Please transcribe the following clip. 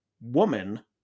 woman